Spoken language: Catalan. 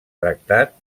tractat